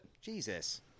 Jesus